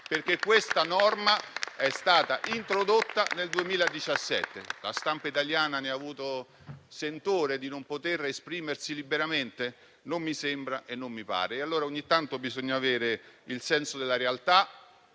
perché questa norma è stata introdotta nel 2017. La stampa italiana ha avuto il sentore di non potersi esprimersi liberamente? Non mi pare. Allora ogni tanto bisogna avere il senso della realtà